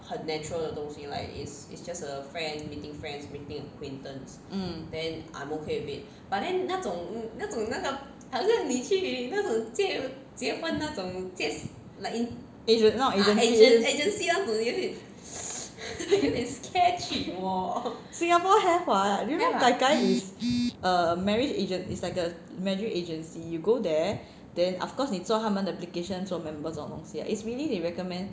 mm 那种 agency Singapore have what do you know gaigai is a marriage agen~ is like a marriage agency you go there then of course 你做他们的 application 做 member 什么东西 lah is really they recommend